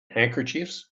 handkerchiefs